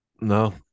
no